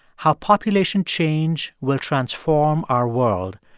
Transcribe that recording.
how population change will transform our world,